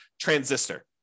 Transistor